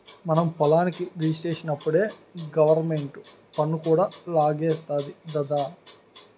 మన పొలం రిజిస్ట్రేషనప్పుడే గవరమెంటు పన్ను కూడా లాగేస్తాది దద్దా